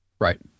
Right